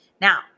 Now